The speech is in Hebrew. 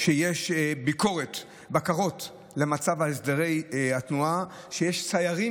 שיש בקרות למצב על הסדרי התנועה, שיש סיירים